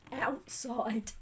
Outside